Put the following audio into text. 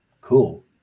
cool